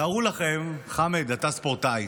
תארו לכם, חמד, אתה ספורטאי,